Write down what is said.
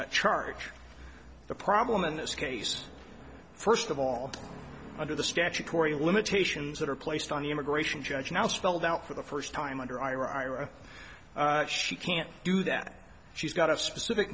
charge the problem in this case first of all under the statutory limitations that are placed on immigration judge now spelled out for the first time under ira she can't do that she's got a specific